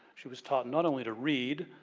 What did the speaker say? she was taught not only to read,